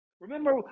Remember